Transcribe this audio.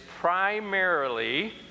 primarily